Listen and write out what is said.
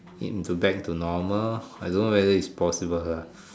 into back to normal I don't know whether it's possible lah